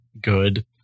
good